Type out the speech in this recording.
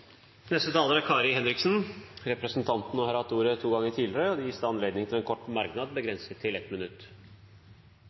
Kari Henriksen har hatt ordet to ganger tidligere og får ordet til en kort merknad,